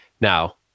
Now